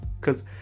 Cause